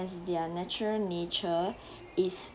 as their natural nature is